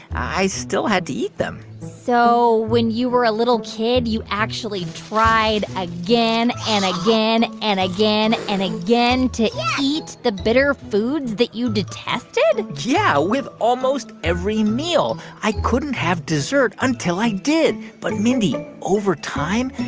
i still had to eat them so when you were a little kid, you actually tried again and again and again and again to eat the bitter foods that you detested? yeah, with almost every meal. i couldn't have dessert until i did. but, mindy, over time,